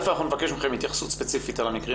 אנחנו נבקש מכם התייחסות ספציפית על המקרים